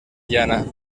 llana